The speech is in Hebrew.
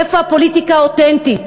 איפה הפוליטיקה האותנטית?